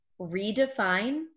redefine